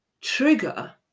trigger